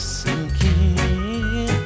sinking